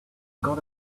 got